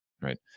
right